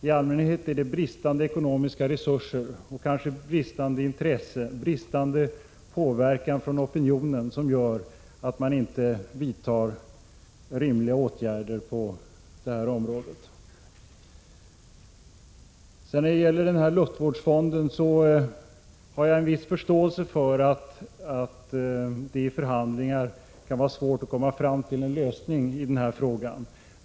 I allmänhet är det bristande ekonomiska resurser, bristande intresse och bristande påverkan från opinionen som gör att man inte vidtar rimliga åtgärder på detta område. Beträffande luftvårdsfonden har jag en viss förståelse för att det i förhandlingar kan vara svårt att komma fram till en lösning i denna fråga.